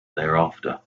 thereafter